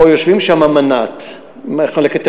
או יושבים שם מנ"ט, מחלקת טכנולוגיות,